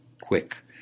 quick